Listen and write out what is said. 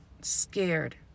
scared